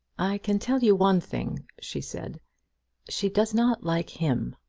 i can tell you one thing, she said she does not like him.